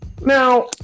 Now